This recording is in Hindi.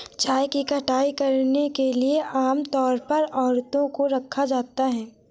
चाय की कटाई करने के लिए आम तौर पर औरतों को रखा जाता है